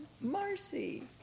Marcy